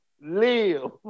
live